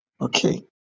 Okay